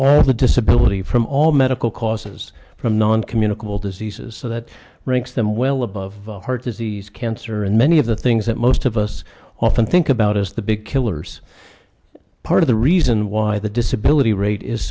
all the disability from all medical causes from non communicable diseases so that ranks them well above heart disease cancer and many of the things that most of us often think about as the big killers part of the reason why the disability rate is